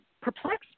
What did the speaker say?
perplexed